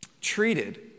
treated